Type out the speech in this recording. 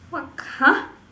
what c~ !huh!